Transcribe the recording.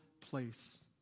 place